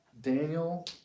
Daniel